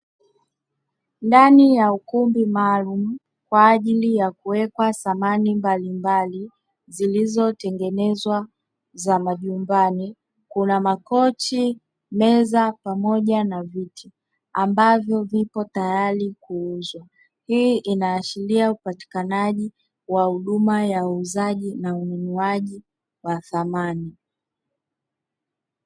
Ndani ya ukumbi maalum kwa ajili ya kuwekwa samani mbalimbali zilizotengenezwa za majumbani kuna makochi, meza pamoja na viti ambavyo vipo tayari kuuzwa. hii inaashiria upatikanaji wa huduma ya uuzaji na ununuaji wa samani.